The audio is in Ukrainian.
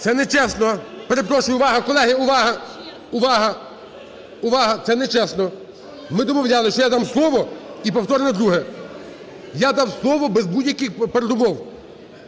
Це нечесно! Перепрошую, увага! Колеги, увага! Увага! Увага! Це нечесно! Ми домовлялись, що я дам слово і повторне друге. Я дам слово без будь-яких передумов.